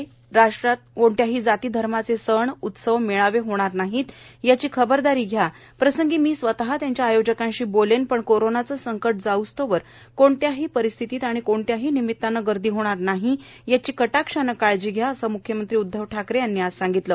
महाराष्ट्रात कोणत्याही जाती धर्माचे सण उत्सव मेळावे होणार नाही याची खबरदारी घ्या प्रसंगी मी स्वत त्यांच्या आयोजकांशी बोलेल पण कोरोनाचे संकट जाऊस्तोवर कोणत्याही परिस्थितीत आणि कोणत्याही निमित्ताने गर्दी होणार नाही याची कटाक्षाने काळजी घ्या असे मुख्यमंत्री उदधव ठाकरे यांनी आज सांगितले